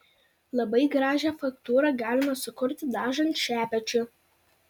labai gražią faktūrą galima sukurti dažant šepečiu